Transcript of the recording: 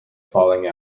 falling